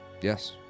Yes